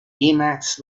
emacs